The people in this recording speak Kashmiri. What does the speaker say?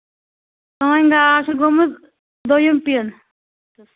سٲنۍ گاو چھِ گٔمٕژ دوٚیِم پِن